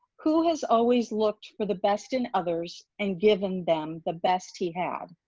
who has always looked for the best in others and given them the best he had?